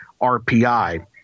RPI